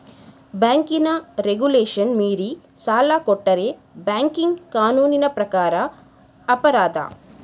ಬ್ಯಾಂಕಿನ ರೆಗುಲೇಶನ್ ಮೀರಿ ಸಾಲ ಕೊಟ್ಟರೆ ಬ್ಯಾಂಕಿಂಗ್ ಕಾನೂನಿನ ಪ್ರಕಾರ ಅಪರಾಧ